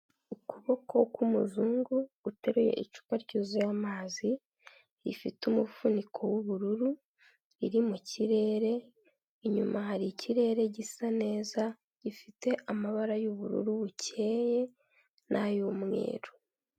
Ukuboko k'umuzungu guteruye icupa ryuzuye amazi rifite umufuniko w'ubururu riri mu kirere inyuma hari ikirere gisa neza gifite amabara y'ubururu bukeye na ay'umweru.